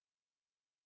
hello